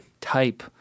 type